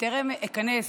בטרם איכנס